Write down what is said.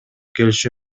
келиши